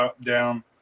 down